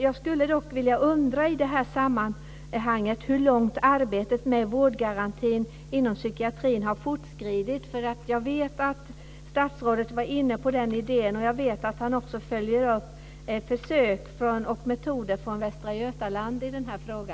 Jag undrar dock i sammanhanget hur långt arbetet med vårdgarantin inom psykiatrin har fortskridit. Jag vet att statsrådet var inne på den idén, och jag vet att han också följer upp försök och metoder från Västra